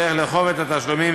אכיפת התשלומים,